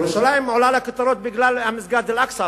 ירושלים עולה לכותרות בגלל מסגד אל-אקצא,